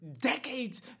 decades